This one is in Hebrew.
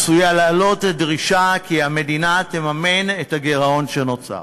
עשויה לעלות דרישה כי המדינה תממן את הגירעון שנוצר.